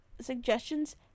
suggestions